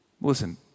Listen